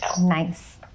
Nice